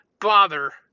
bother